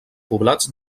poblats